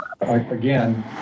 again